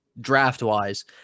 draft-wise